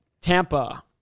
Tampa